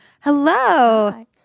Hello